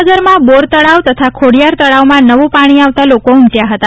ભાવનગરમાં બોર તળાવ તથા ખોડિયાર તળાવમાં નવું પાણી આવતા લોકો ઉમટ્યા હતા